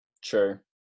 Sure